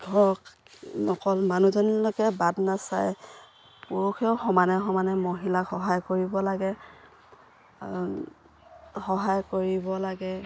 ঘৰত অকল মানুহজনীলৈকে বাট নাচাই পুৰুষেও সমানে সমানে মহিলাক সহায় কৰিব লাগে সহায় কৰিব লাগে